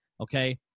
Okay